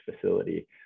facility